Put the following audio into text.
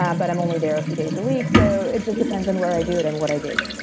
yeah but i'm only there a few days a week. so, it just depends on where i do it and what i do.